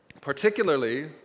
particularly